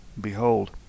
behold